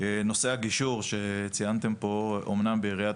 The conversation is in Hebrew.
נושא הגישור שציינתם פה אומנם בעיריית